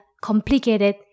complicated